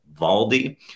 Valdi